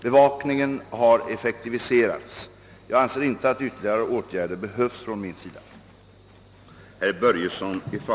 Bevakningen har effektiviserats. Jag anser inte att ytterligare åtgärder behövs från min sida.